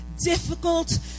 difficult